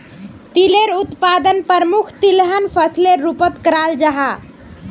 तिलेर उत्पादन प्रमुख तिलहन फसलेर रूपोत कराल जाहा